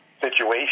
situation